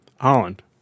Holland